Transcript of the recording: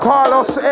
Carlos